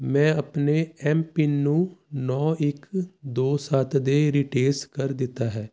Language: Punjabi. ਮੈਂ ਆਪਣੇ ਐੱਮ ਪਿੰਨ ਨੂੰ ਨੌਂ ਇੱਕ ਦੋ ਸੱਤ ਦੇ ਰੀਸੇਟ ਕਰ ਦਿੱਤਾ ਹੈ